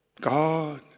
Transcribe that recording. God